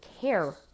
care